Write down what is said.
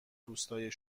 روستای